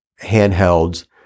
handhelds